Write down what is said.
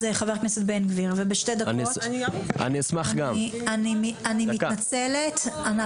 כל אחד שאני אכניס לכאן לוועדה אני אשאל אותו את השאלה הזאת,